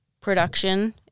production